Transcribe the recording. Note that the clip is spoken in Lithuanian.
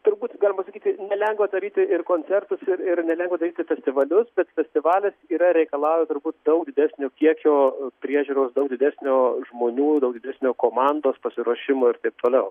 turbūt pasakyti nelengva daryti ir koncertus ir ir nelengva daryti festivalius bet festivalis yra reikalauja turbūt daug didesnio kiekio priežiūros daug didesnio žmonių daug didesnio komandos pasiruošimo ir taip toliau